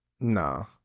No